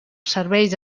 serveis